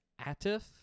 Atif